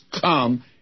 come